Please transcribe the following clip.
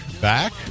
back